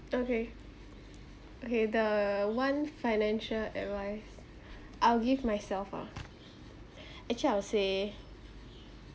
okay okay the one financial advice I'll give myself ah actually I will say